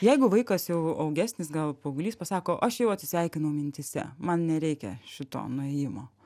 jeigu vaikas jau augesnis gal paauglys pasako aš jau atsisveikinau mintyse man nereikia šito nuėjimo